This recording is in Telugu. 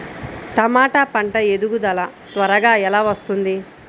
టమాట పంట ఎదుగుదల త్వరగా ఎలా వస్తుంది?